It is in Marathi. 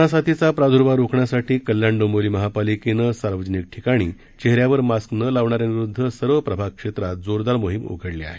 कोरोना साथीचा प्रादूर्भाव रोखण्यासाठी कल्याण डोंबिवली महापालिकेनं सार्वजनिक ठिकाणी चेह यावर मास्क न लावणाऱ्यांविरुध्द सर्व प्रभाग क्षेत्रात जोरदार मोहिम उघडली आहे